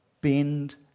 bend